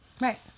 Right